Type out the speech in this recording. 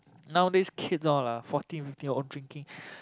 nowadays kids all ah fourteen fifteen all drinking